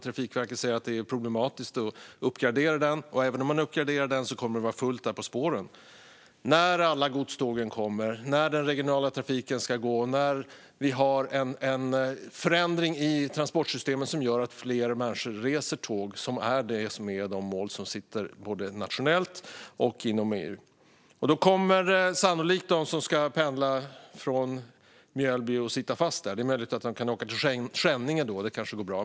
Trafikverket säger att det är problematiskt att uppgradera den, och även om man uppgraderar den kommer det att vara fullt på spåren när alla godstågen kommer, när den regionala trafiken ska gå och när vi har en förändring i transportsystemet som gör att fler människor reser med tåg, vilket är målet både nationellt och inom EU. Då kommer sannolikt de som ska pendla från Mjölby att sitta fast där. Det är möjligt att de kan åka till Skänninge; det kanske går bra.